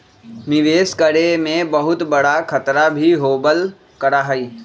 निवेश करे में बहुत बडा खतरा भी होबल करा हई